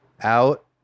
out